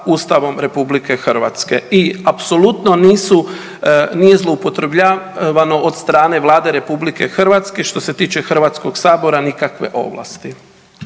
Ustavom RH i apsolutno nisu, nije zloupotrebljavano od stane Vlade RH što se tiče Hrvatskog sabora nikakve ovlasti.